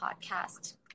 podcast